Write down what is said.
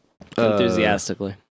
Enthusiastically